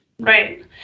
right